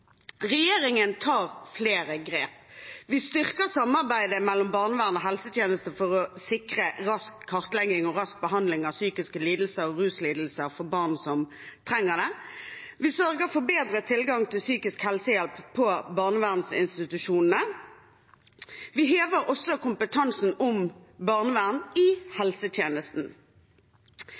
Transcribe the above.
Regjeringen tar flere grep. Vi styrker samarbeidet mellom barnevernet og helsetjenesten for å sikre rask kartlegging og rask behandling av psykiske lidelser og ruslidelser for barn som trenger det. Vi sørger for bedre tilgang til psykisk helse-hjelp på barnevernsinstitusjonene. Og vi hever kompetansen på barnevern i helsetjenesten.